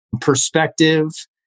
perspective